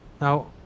Now